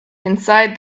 inside